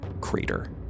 crater